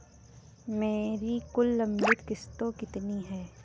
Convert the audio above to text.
मेरी कुल लंबित किश्तों कितनी हैं?